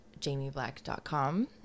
jamieblack.com